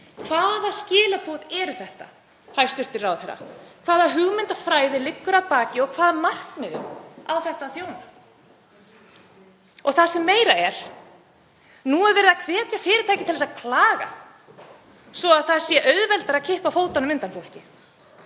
Hvaða skilaboð eru þetta, hæstv. ráðherra? Hvaða hugmyndafræði liggur að baki og hvaða markmiðum á þetta að þjóna? Og það sem meira er, nú er verið að hvetja fyrirtæki til að klaga svo auðveldara sé að kippa fótunum undan fólki.